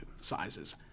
sizes